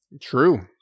True